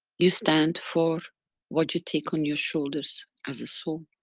you stand for what you take on your shoulders as a soul.